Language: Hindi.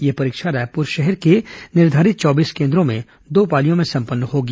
यह परीक्षा रायपुर शहर के निर्धारित चौबीस केन्द्रों में दो पालियों में संपन्न होगी